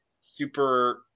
super